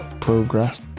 progress